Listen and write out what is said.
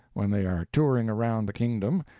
when they are touring around the kingdom,